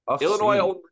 Illinois –